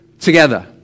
together